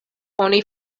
oni